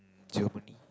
mm Germany